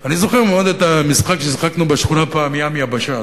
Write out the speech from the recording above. אני זוכר טוב מאוד את המשחק ששיחקנו בשכונה "ים יבשה",